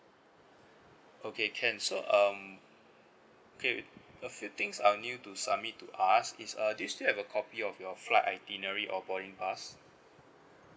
okay can so um okay a few things I'll need you to submit to us is err do you still have a copy of your flight itinerary or boarding pass